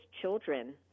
children